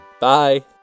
Bye